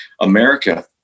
America